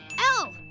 elle!